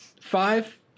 five